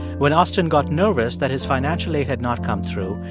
when austin got nervous that his financial aid had not come through,